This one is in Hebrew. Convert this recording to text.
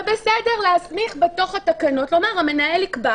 זה בסדר להסמיך בתוך התקנות, לומר המנהל יקבע.